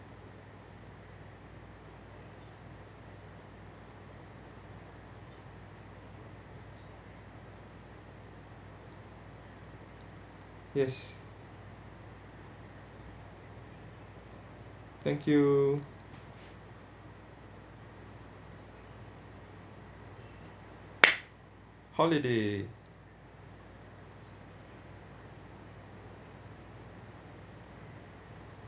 yes thank you holiday